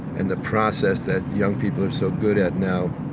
and the process that young people are so good at now